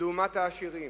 לעומת העשירים,